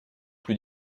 plus